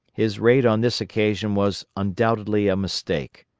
his raid on this occasion was undoubtedly a mistake.